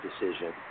decision